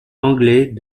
anglais